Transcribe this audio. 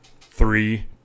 Three